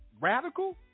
radical